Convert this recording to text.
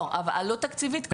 לא, עלות תקציבית כוללת.